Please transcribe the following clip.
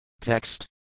Text